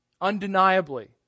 Undeniably